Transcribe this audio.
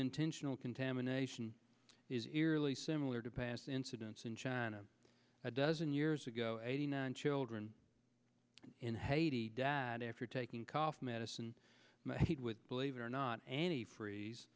intentional contamination is eerily similar to past incidents in china a dozen years ago eighty nine children in haiti dad after taking cough medicine believe it or not antifreeze